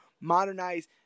modernize